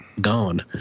gone